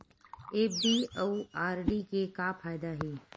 FD अउ RD के का फायदा हे?